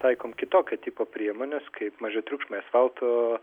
taikom kitokio tipo priemones kaip mažatriukšmiai asfalto